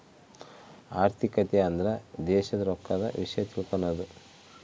ಆರ್ಥಿಕತೆ ಅಂದ್ರ ದೇಶದ್ ರೊಕ್ಕದ ವಿಷ್ಯ ತಿಳಕನದು